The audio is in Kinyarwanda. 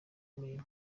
imirimo